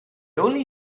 only